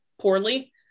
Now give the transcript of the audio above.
poorly